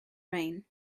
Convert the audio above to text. rain